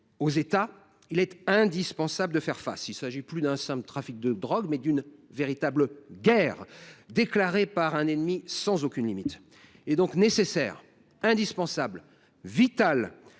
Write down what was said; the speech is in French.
aux États, il est indispensable de faire face. Il s’agit non plus d’un simple trafic de drogue, mais d’une véritable guerre, déclarée par un ennemi sans aucune limite. Il est donc nécessaire, indispensable et vital